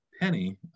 Penny